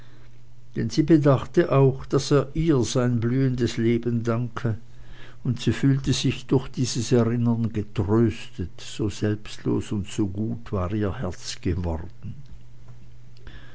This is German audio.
denn sie bedachte auch daß er ihr sein blühendes leben danke und sie fühlte sich durch dieses erinnern getröstet so selbstlos und gut war ihr herz geworden